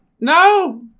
No